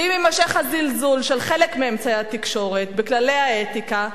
ואם יימשך הזלזול של חלק מאמצעי התקשורת בכללי האתיקה,